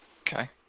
Okay